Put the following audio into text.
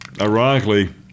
ironically